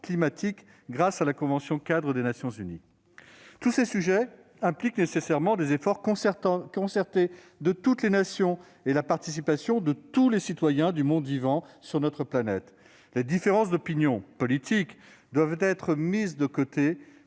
climatique grâce à la Convention-cadre des Nations unies sur les changements climatiques. Tous ces sujets impliquent nécessairement des efforts concertés de la part de toutes les nations et la participation de tous les citoyens du monde vivant sur notre planète. Les différences d'opinions politiques doivent être mises de côté,